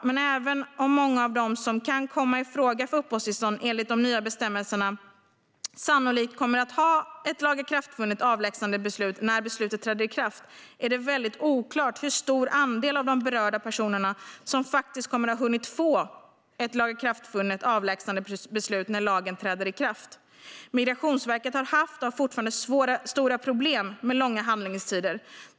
Men även om många av dem som kan komma i fråga för uppehållstillstånd enligt de nya bestämmelserna sannolikt kommer att ha ett lagakraftvunnet avlägsnandebeslut när lagen träder i kraft är det väldigt oklart hur stor andel av de berörda personerna som faktiskt kommer att ha hunnit få ett lagakraftvunnet avlägsnandebeslut när lagen träder i kraft. Migrationsverket har haft och har fortfarande stora problem med långa handläggningstider.